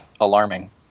alarming